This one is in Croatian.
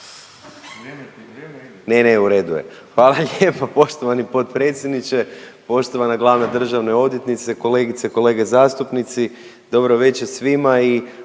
Ne, ne, u redu je, hvala lijepo. Poštovani potpredsjedniče, poštovana glavna državna odvjetnice, kolegice i kolege zastupnici, dobro veče svima i